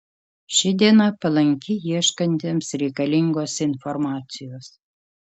ši diena palanki ieškantiems reikalingos informacijos